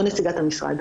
לא נציגת המשרד.